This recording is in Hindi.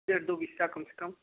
एक दो बिस्ता कम से कम